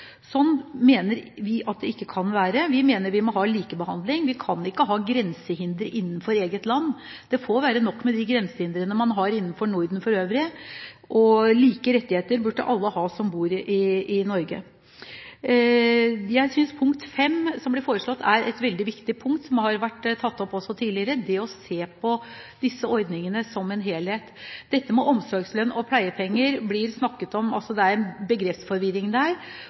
Sånn mener vi det ikke kan være. Vi mener vi må ha likebehandling. Vi kan ikke ha grensehindre innenfor eget land, det får være nok med de grensehindrene man har innenfor Norden for øvrig. Like rettigheter burde alle som bor i Norge, ha. Jeg synes forslag nr. 5 er et veldig viktig punkt. Det har også vært tatt opp tidligere at man skal se på disse ordningene som en helhet. Det står om omsorgslønn og pleiepenger der, og det er en begrepsforvirring.